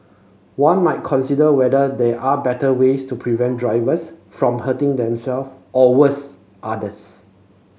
one might consider whether there are better ways to prevent drivers from hurting themself or worse others